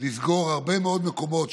לסגור הרבה מאוד מקומות,